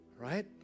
right